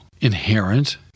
inherent